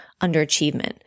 underachievement